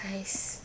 !hais!